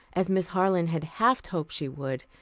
as miss harland had half hoped she would,